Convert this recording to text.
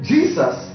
Jesus